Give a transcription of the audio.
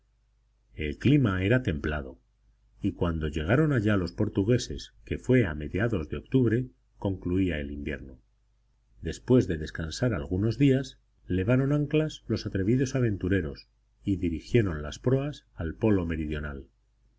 el clima era templado y cuando llegaron allá los portugueses que fue a mediados de octubre concluía el invierno después de descansar algunos días levaron anclas los atrevidos aventureros y dirigieron las proas al polo meridional